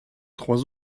trois